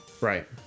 Right